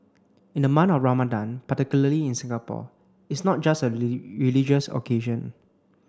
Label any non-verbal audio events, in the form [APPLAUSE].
in the month of Ramadan particularly in Singapore it's not just a [UNINTELLIGIBLE] religious occasion